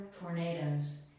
tornadoes